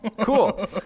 Cool